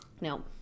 no